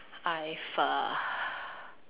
I have a